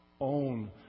own